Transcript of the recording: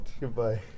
goodbye